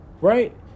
Right